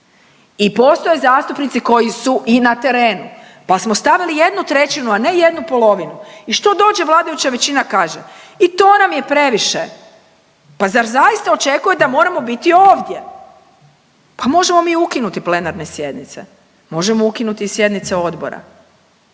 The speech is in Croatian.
i postoje zastupnici koji su i na terenu pa smo stavili jednu trećinu, a ne jednu polovinu i što dođe vladajuća kaže i to nam je previše pa zar zaista očekuje da moramo biti ovdje. Pa možemo mi ukinuti plenarne sjednice, možemo ukinuti i sjednice odbora